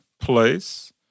place